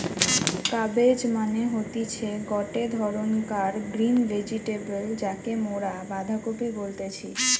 cabbage মানে হতিছে গটে ধরণকার গ্রিন ভেজিটেবল যাকে মরা বাঁধাকপি বলতেছি